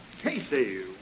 Casey